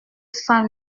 cent